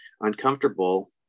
uncomfortable